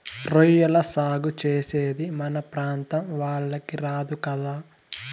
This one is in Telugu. రొయ్యల సాగు చేసేది మన ప్రాంతం వాళ్లకి రాదు కదా